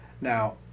Now